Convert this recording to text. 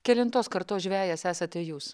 kelintos kartos žvejas esate jūs